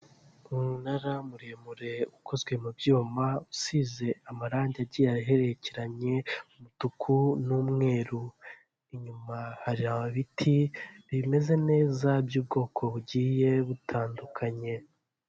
Umunara muremure ukozwe mu byuma usize amarangi agiye aherekeranye umutuku n'umweru, inyuma hari ibiti bimeze neza by'ubwoko bugiye butandukanye.